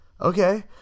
okay